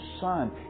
Son